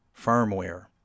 Firmware